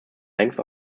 length